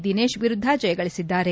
ದಿನೇಶ್ ವಿರುದ್ದ ಜಯಗಳಿಸಿದ್ದಾರೆ